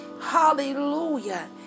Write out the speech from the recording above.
Hallelujah